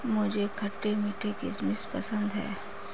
मुझे खट्टे मीठे किशमिश पसंद हैं